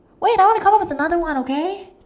wait I wanna come up with another one okay